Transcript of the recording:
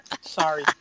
Sorry